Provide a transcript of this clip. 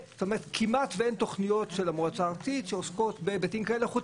כמעט שאין תוכניות של המועצה הארצית שעוסקות בהיבטים כאלה חוץ